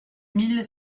mille